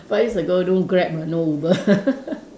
five years ago don't Grab ah no Uber